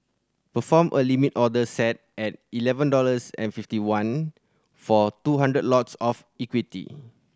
perform a Limit order set at eleven dollars and fifty one for two hundred lots of equity